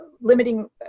limiting